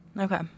Okay